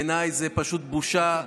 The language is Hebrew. בעיניי זו פשוט בושה.